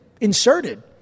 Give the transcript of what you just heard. inserted